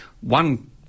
one